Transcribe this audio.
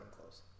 close